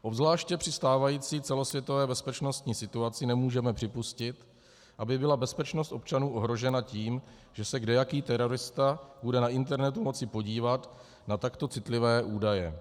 Obzvláště při stávající celosvětové bezpečnostní situaci nemůžeme připustit, aby byla bezpečnost občanů ohrožena tím, že se kdejaký terorista bude na internetu moci podívat na takto citlivé údaje.